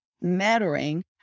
mattering